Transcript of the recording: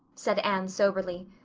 said anne soberly.